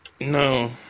No